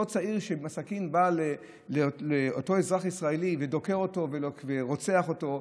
אותו צעיר שעם הסכין בא לאותו אזרח ישראלי ודוקר אותו ורוצח אותו,